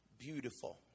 beautiful